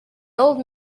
old